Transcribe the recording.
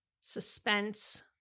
suspense